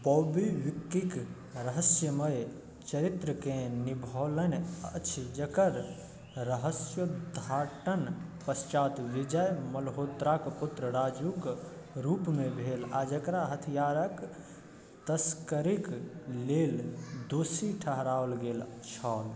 बॉबी विक्कीके रहस्यमय चरित्रके निभौलनि अछि जकर रहस्योद्धाटन पश्चात विजय मल्होत्राके पुत्र राजूके रूपमे भेल आओर जकरा हथियारके तस्करीके लेल दोषी ठहराओल गेल छल